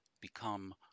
become